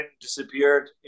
disappeared